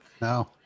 No